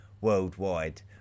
worldwide